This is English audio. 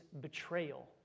betrayal